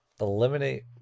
eliminate